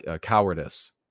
cowardice